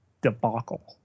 debacle